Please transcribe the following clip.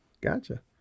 Gotcha